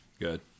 Good